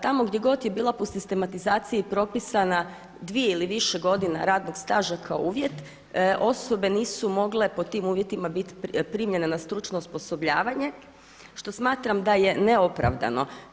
Tamo gdje god je bila po sistematizaciji propisana dvije ili više godina radnog staža kao uvjet osobe nisu mogle pod tim uvjetima biti primljene na stručno osposobljavanje što smatram da je neopravdano.